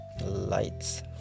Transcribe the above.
lights